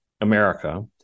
America